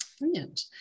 Brilliant